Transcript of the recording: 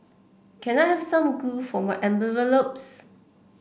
can I have some glue for my envelopes